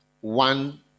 one